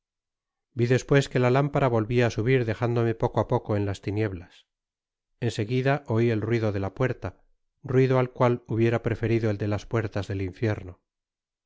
vi despues que la lámpara volvia á subir dejándome poco á poco en las tinieblas en seguida oi el ruido de la puerta ruido al cuat hubiera preferido el de tas puertas del infierno